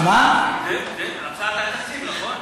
זו הצעת התקציב, נכון?